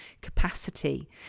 capacity